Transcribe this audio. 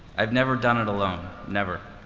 i've never done it alone. never.